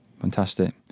Fantastic